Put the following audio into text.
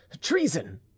Treason